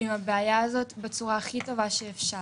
עם הבעיה הזאת בצורה הכי טובה שאפשר.